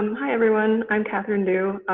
hi everyone. i'm catherine du,